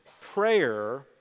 prayer